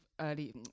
early